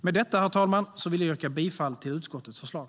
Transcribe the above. Herr talman! Med detta vill jag yrka bifall till utskottets förslag.